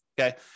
okay